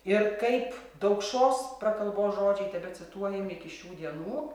ir kaip daukšos prakalbos žodžiai tebecituojami iki šių dienų